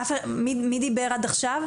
מי דיבר עד עכשיו?